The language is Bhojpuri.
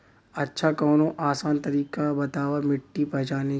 अच्छा कवनो आसान तरीका बतावा मिट्टी पहचाने की?